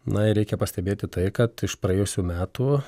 na ir reikia pastebėti tai kad iš praėjusių metų